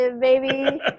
baby